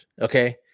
okay